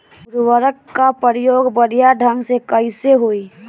उर्वरक क प्रयोग बढ़िया ढंग से कईसे होई?